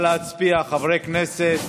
התש"ף 2020, חברי הכנסת,